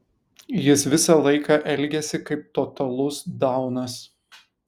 jis visą laiką elgiasi kaip totalus daunas